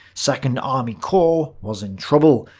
second army corps was in trouble,